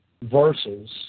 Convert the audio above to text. versus